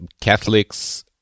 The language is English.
Catholics